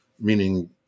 meaning